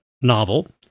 novel